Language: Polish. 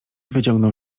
wyciągnął